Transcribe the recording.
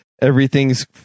everything's